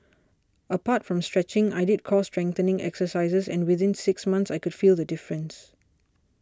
apart from stretching i did core strengthening exercises and within six months I could feel the difference